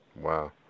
wow